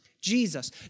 Jesus